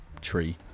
tree